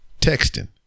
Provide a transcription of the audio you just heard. texting